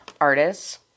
artists